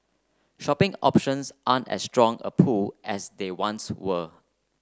shopping options aren't as strong a pull as they once were